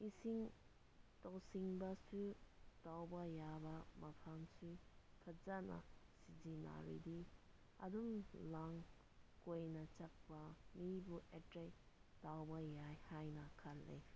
ꯏꯁꯤꯡ ꯇꯧꯁꯤꯡꯕꯁꯨ ꯇꯧꯕ ꯌꯥꯕ ꯃꯐꯝꯁꯨ ꯐꯖꯅ ꯁꯤꯖꯤꯟꯅꯔꯗꯤ ꯑꯗꯨꯝ ꯂꯝ ꯀꯣꯏꯅ ꯆꯠꯄ ꯃꯤꯕꯨ ꯑꯦꯇ꯭ꯔꯦꯛ ꯇꯧꯕ ꯌꯥꯏ ꯍꯥꯏꯅ ꯈꯜꯂꯤ